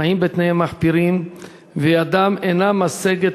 חיים בתנאים מחפירים וידם אינה משגת